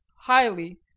highly